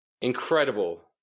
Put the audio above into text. incredible